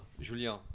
Julien